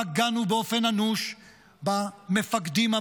פגענו באופן אנוש במפקדים הבכירים,